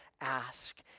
ask